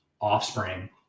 offspring